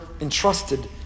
entrusted